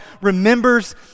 remembers